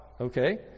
Okay